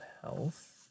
Health